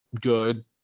good